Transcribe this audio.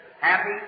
happy